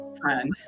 friend